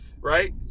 right